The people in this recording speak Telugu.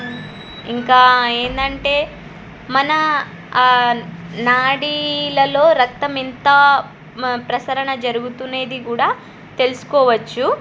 ఇంకా ఏమిటి అంటే మన నాడీలలో రక్తం ఎంత ప్రసరణ జరుగుతునేది కూడా తెలుసుకోవచ్చు